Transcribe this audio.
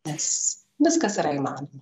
nes viskas yra įmanoma